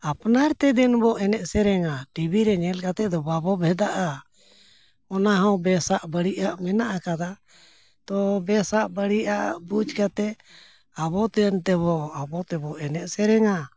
ᱟᱯᱱᱟᱨ ᱛᱮ ᱫᱮᱱ ᱵᱚᱱ ᱮᱱᱮᱡ ᱥᱮᱨᱮᱧᱟ ᱴᱤᱵᱷᱤ ᱨᱮ ᱧᱮᱞ ᱠᱟᱛᱮᱫ ᱫᱚ ᱵᱟᱵᱚᱱ ᱵᱷᱮᱫᱟᱜᱼᱟ ᱚᱱᱟ ᱦᱚᱸ ᱵᱮᱥᱟᱜ ᱵᱟᱹᱲᱤᱡᱟᱜ ᱢᱮᱱᱟᱜ ᱟᱠᱟᱫᱟ ᱛᱚ ᱵᱮᱥᱟᱜ ᱵᱟᱹᱲᱤᱡᱟᱜ ᱵᱩᱡᱽ ᱠᱟᱛᱮᱫ ᱟᱵᱚ ᱛᱮᱱ ᱛᱮᱵᱚᱱ ᱟᱵᱚ ᱛᱮᱵᱚᱱ ᱮᱱᱮᱡ ᱥᱮᱨᱮᱧᱟ